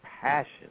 passion